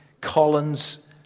Collins